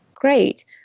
great